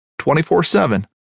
24-7